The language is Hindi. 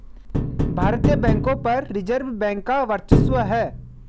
भारतीय बैंकों पर रिजर्व बैंक का वर्चस्व है